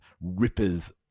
Ripper's